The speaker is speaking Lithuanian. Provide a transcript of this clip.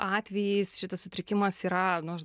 atvejais šitas sutrikimas yra nu